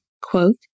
quote